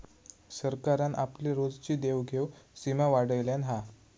सरकारान आपली रोजची देवघेव सीमा वाढयल्यान हा